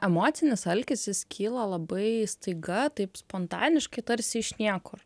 emocinis alkis jis kyla labai staiga taip spontaniškai tarsi iš niekur